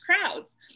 crowds